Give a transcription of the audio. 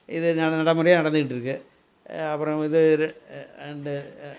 இது நடை நடைமுறையாக நடந்துகிட்டு இருக்குது அப்புறம் இது அண்டு